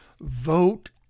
Vote